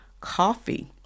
coffee